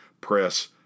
press